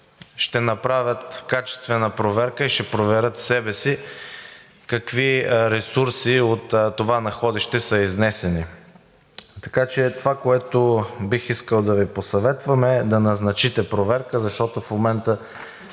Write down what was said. ще направят качествена проверка и ще проверят себе си – какви ресурси от това находище са изнесени. Така че това, което бих искал да Ви посъветвам, е да назначите проверка, защото в момента